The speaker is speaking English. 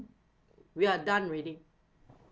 we are done already